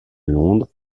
londres